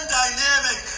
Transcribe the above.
dynamic